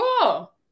Cool